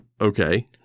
Okay